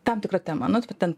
tam tikra tema nu tu ten